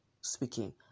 speaking